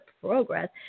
progress